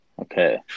Okay